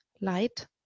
light